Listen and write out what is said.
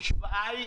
המשוואה היא: